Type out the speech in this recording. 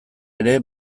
ere